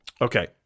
Okay